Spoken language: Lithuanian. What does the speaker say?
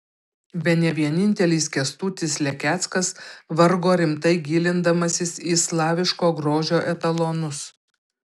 bene vienintelis kęstutis lekeckas vargo rimtai gilindamasis į slaviško grožio etalonus